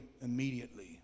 immediately